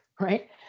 right